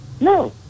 No